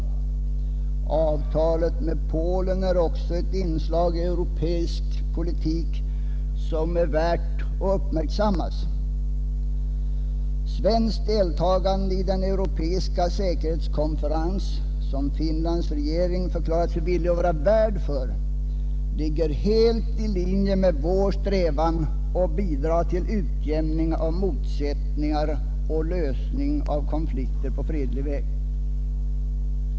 Västtysklands avtal med Polen är också ett inslag i europeisk politik som är värt att uppmärksammas. Svenskt deltagande i den europeiska säkerhetskonferens, som Finlands regering förklarat sig villig att vara värd för, ligger helt i linje med vår strävan att bidra till utjämning av motsättningar och lösning av konflikter på fredlig väg.